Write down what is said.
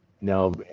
No